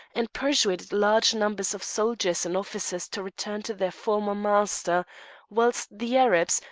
and persuaded large numbers of soldiers and officers to return to their former master whilst the arabs,